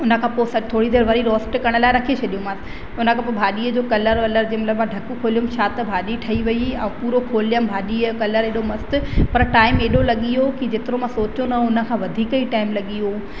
उन खां पोइ असां थोरी देरि वरी रोस्ट करण लाइ रखी छॾियोमांसि उन खां पोइ भाॼीअ जो कलर वलर जंहिं महिल ढकु खोलियो त छा त भाॼी ठही वई त पूरो खोलियमि भाॼीअ जो कलर एॾो मस्तु पर टाइम एॾो लॻी वियो की जेतिरो मां सोचियो न हूंदो उन खां वधीक ई टाइम लॻी वियो